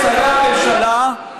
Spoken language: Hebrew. שרי הממשלה,